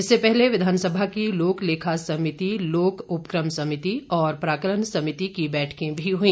इससे पहले विधानसभा की लोक लेखा समिति लोक उपक्रम समिति और प्राकलन समिति की बैठकें भी हुई